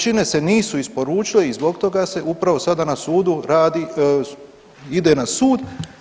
Količine se nisu isporučile i zbog toga se upravo sada na sudu radi, ide na sud.